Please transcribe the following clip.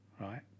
Right